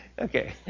Okay